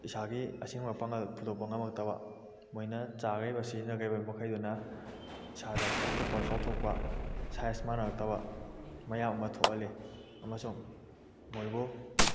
ꯏꯁꯥꯒꯤ ꯑꯁꯦꯡꯕ ꯄꯥꯡꯒꯜ ꯐꯨꯗꯣꯛꯄ ꯉꯝꯂꯛꯇꯕ ꯃꯣꯏꯅ ꯆꯥꯈꯤꯕ ꯁꯤꯖꯤꯟꯅꯈꯤꯕ ꯃꯈꯩꯗꯨꯅ ꯏꯁꯥꯗ ꯄꯣꯝꯊꯣꯛꯄ ꯆꯥꯎꯊꯣꯛꯄ ꯁꯥꯏꯖ ꯃꯥꯟꯅꯔꯛꯇꯕ ꯃꯌꯥꯝ ꯑꯃ ꯊꯣꯛꯍꯜꯂꯤ ꯑꯃꯁꯨꯡ ꯃꯣꯏꯕꯨ